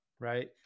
right